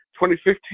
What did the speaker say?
2015